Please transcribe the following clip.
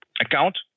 account